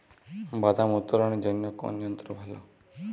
বাদাম উত্তোলনের জন্য কোন যন্ত্র ভালো?